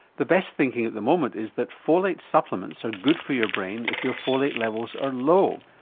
the best thinking at the moment is that folate supplements are good for your brain if your folate levels are low.